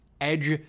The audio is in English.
Edge